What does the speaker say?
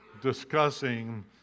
discussing